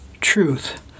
Truth